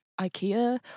Ikea